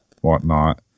whatnot